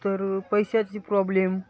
तर पैशाची प्रॉब्लेम